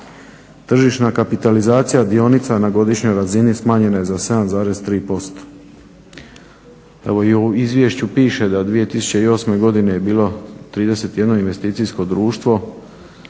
Tržišna kapitalizacija dionica na godišnjoj razini smanjena je za 7,3%.